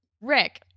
Rick